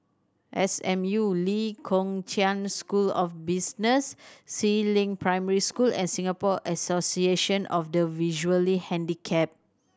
S M U Lee Kong Chian School of Business Si Ling Primary School and Singapore Association of the Visually Handicapped